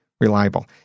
reliable